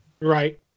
Right